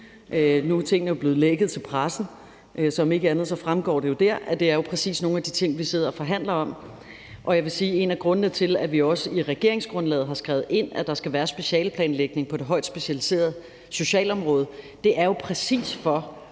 nu er tingene jo blevet lækket til pressen, så om ikke andet fremgår det der – lige nu sidder og forhandler om. Jeg vil sige, at en af grundene til, at vi også i regeringsgrundlaget har skrevet ind, at der skal være specialeplanlægning på det højt specialiserede socialområde, jo præcis er,